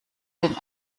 den